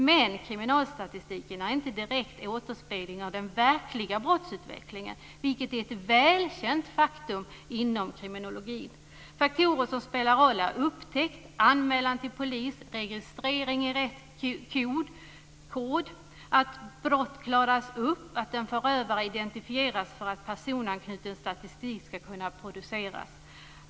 Men kriminalstatistiken är inte en direkt återspegling av den verkliga brottsutvecklingen, vilket är ett välkänt faktum inom kriminologin. Faktorer som spelar roll är upptäckt, anmälan till polis, registrering i rätt kod, att brott klaras upp, att förövaren identifieras så att personanknuten statistik ska kunna produceras.